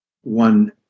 one